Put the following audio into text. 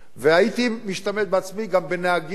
והייתי משתמש בעצמי גם בנהגים וכו',